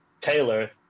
Taylor